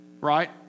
right